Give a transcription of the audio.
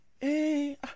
Hey